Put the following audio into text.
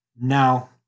Now